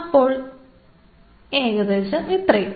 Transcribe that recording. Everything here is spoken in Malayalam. അപ്പോൾ ഏകദേശം ഇത്രയും